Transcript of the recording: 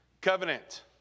covenant